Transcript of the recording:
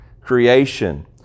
creation